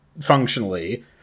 functionally